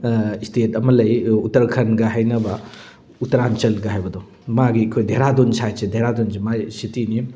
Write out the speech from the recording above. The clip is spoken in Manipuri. ꯏꯁꯇꯦꯠ ꯑꯃ ꯂꯩ ꯎꯇꯔꯈꯟꯒ ꯍꯥꯏꯅꯕ ꯎꯇꯔꯥꯟꯆꯜꯒ ꯍꯥꯏꯕꯗꯣ ꯃꯥꯒꯤ ꯑꯩꯈꯣꯏ ꯙꯦꯔꯥꯗꯨꯟ ꯁꯥꯏꯠꯁꯦ ꯙꯦꯔꯥꯗꯨꯟꯁꯦ ꯃꯥꯒꯤ ꯁꯤꯇꯤꯅꯤ